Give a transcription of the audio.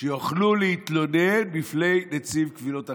שיוכלו להתלונן בפני נציב קבילות החיילים.